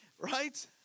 Right